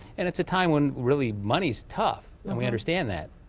and it's a time when really money's tough and we understand that.